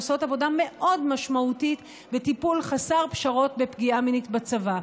עושות עבודה מאוד משמעותית בטיפול חסר פשרות בפגיעה מינית בצבא,